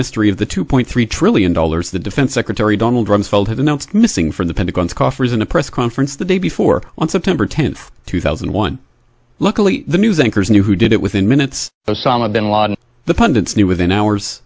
mystery of the two point three trillion dollars the defense secretary donald rumsfeld had announced missing from the pentagon's coffers in a press conference the day before on september tenth two thousand and one luckily the news anchors knew who did it within minutes osama bin laden the pundits knew within hours